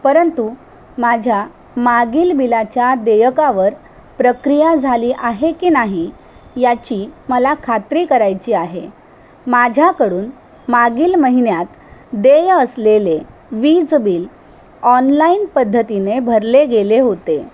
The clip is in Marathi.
परंतु माझ्या मागील बिलाच्या देयकावर प्रक्रिया झाली आहे की नाही याची मला खात्री करायची आहे माझ्याकडून मागील महिन्यात देय असलेले वीज बिल ऑनलाईन पद्धतीने भरले गेले होते